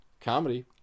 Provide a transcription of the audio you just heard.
comedy